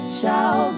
ciao